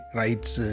rights